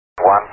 one